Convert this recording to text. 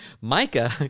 Micah